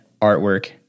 artwork